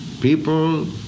People